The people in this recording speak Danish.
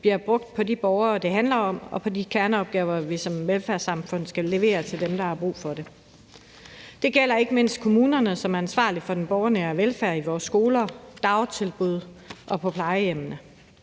bliver brugt på de borgere, det handler om, og på de kerneopgaver, vi som velfærdssamfund skal levere til dem, der har brug for det. Det gælder ikke mindst kommunerne, som er ansvarlig for den borgernære velfærd i vores skoler, dagtilbud og på plejehjemmene.